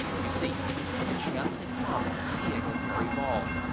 you see the chance had come of seeing a fairy ball.